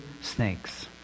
snakes